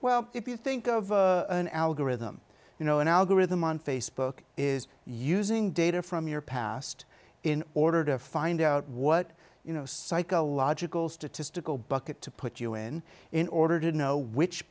well if you think of an algorithm you know an algorithm on facebook is using data from your past in order to find out what you know psychological statistical bucket to put you in in order to know which